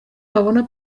babona